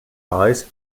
eyes